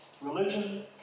Religion